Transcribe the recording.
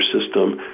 system